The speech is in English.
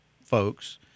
folks